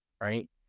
right